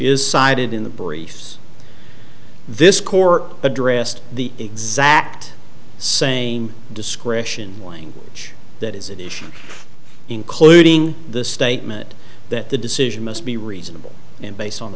is sided in the briefs this court addressed the exact same description language that is at issue including the statement that the decision must be reasonable and based on the